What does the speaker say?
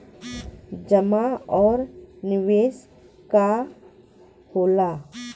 जमा और निवेश का होला?